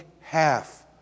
half